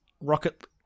Rocket